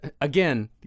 again